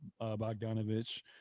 Bogdanovich